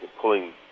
pulling